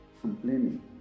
complaining